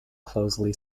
closely